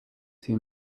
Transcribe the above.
two